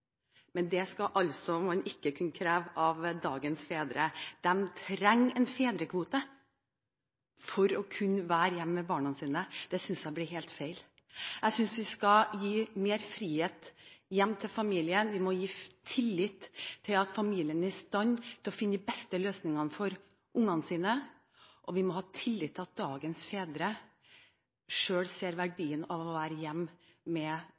Men det skal man altså ikke kunne kreve av dagens fedre. De trenger en fedrekvote for å kunne være hjemme med barna sine. Det synes jeg blir helt feil. Jeg synes vi skal gi mer frihet til familien, vi må ha tillit til at familiene er i stand til å finne de beste løsningene for barna sine, og vi må ha tillit til at dagens fedre selv ser verdien av å være hjemme med